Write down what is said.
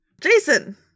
Jason